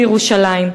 בירושלים.